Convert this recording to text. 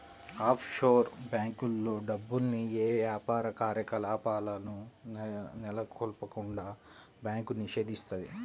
offshore బ్యేంకుల్లో డబ్బుల్ని యే యాపార కార్యకలాపాలను నెలకొల్పకుండా బ్యాంకు నిషేధిత్తది